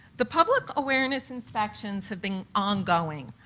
the public awareness inspections have been ongoing.